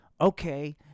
Okay